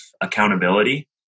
accountability